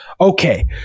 okay